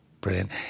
Brilliant